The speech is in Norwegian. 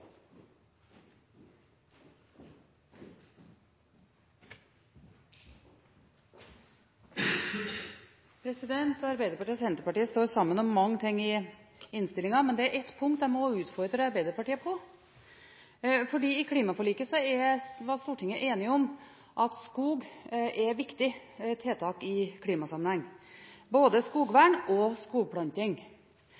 Stortinget. Arbeiderpartiet og Senterpartiet står sammen om mange ting i innstillingen, men det er ett punkt jeg må utfordre Arbeiderpartiet på: I klimaforliket var Stortinget enige om at skog er et viktig tiltak i klimasammenheng, både